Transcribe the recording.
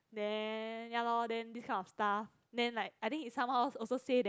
then ya loh then this kind of stuff then like I think is somehow also say that